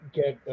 get